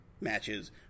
matches